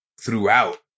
throughout